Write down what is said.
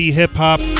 hip-hop